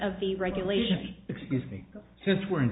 of the regulation excuse me since were in